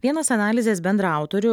vienas analizės bendraautorių